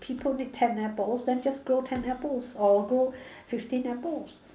people need ten apples then just grow ten apples or grow fifteen apples